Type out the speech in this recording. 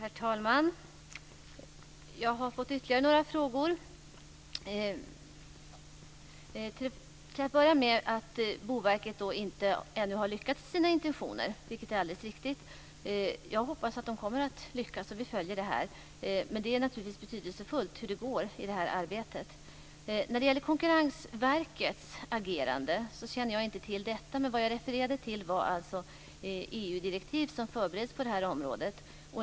Herr talman! Jag har fått ytterligare några frågor. Till att börja med sades att Boverket inte ännu har lyckats med sina intentioner, vilket är alldeles riktigt. Jag hoppas att man kommer att lyckas, och vi följer det här, men det är naturligtvis betydelsefullt hur det går i det här arbetet. När det gäller Konkurrensverkets agerande känner jag inte till detta, men vad jag refererade till var alltså EU-direktiv som förbereds på det här området.